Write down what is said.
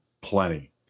plenty